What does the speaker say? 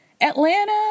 Atlanta